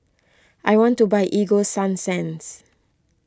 I want to buy Ego Sunsense